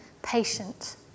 patient